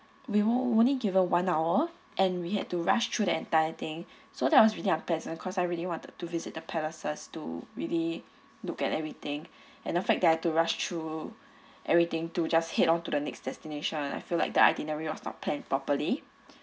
we were only given one hour and we had to rush through the entire thing so that was really unpleasant because I really wanted to visit the palaces to really look at everything and the fact that I had to rush through everything to just head on to the next destination I feel like the itinerary was not planned properly